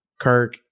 Kirk